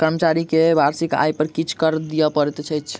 कर्मचारी के वार्षिक आय पर किछ कर दिअ पड़ैत अछि